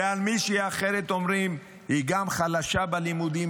ועל מישהי אחרת אומרים: היא גם חלשה בלימודים,